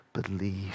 Believe